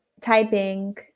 typing